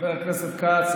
חבר הכנסת כץ,